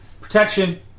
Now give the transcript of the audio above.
Protection